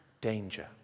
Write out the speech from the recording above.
danger